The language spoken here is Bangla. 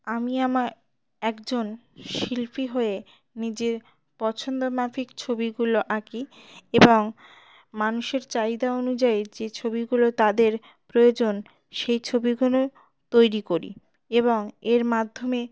আমি আমার একজন শিল্পী হয়ে নিজের পছন্দমাফিক ছবিগুলো আঁকি এবং মানুষের চাহিদা অনুযায়ী যে ছবিগুলো তাদের প্রয়োজন সেই ছবিগুলো তৈরি করি এবং এর মাধ্যমে